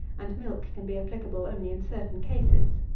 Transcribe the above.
and milk can be applicable only in certain cases.